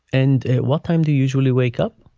and what time do you usually wake up?